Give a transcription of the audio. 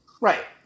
Right